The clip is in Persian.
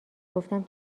گفتم